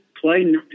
play